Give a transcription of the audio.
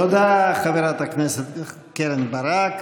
תודה, חברת הכנסת קרן ברק.